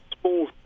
small